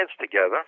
together